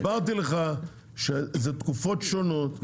אמרתי לך שזה תקופות שונות,